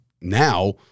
now